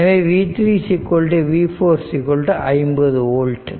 எனவேv3 v 4 50 volt